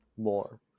more